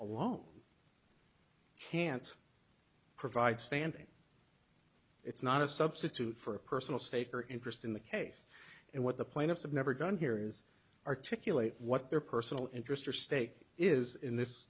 along can't provide standing it's not a substitute for a personal stake or interest in the case and what the plaintiffs have never done here is articulate what their personal interest or stake is in this